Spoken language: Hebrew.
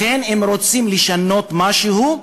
לכן, אם רוצים לשנות משהו,